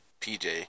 PJ